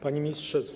Panie Ministrze!